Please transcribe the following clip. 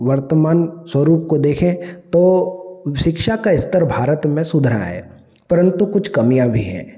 वर्तमान स्वरुप को देखें तो शिक्षा का स्तर भारत में सुधरा है परन्तु कुछ कमियाँ भी हैं